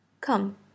Come